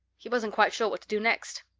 he wasn't quite sure what to do next.